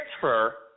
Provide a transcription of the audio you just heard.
transfer